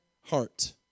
heart